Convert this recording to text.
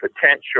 potential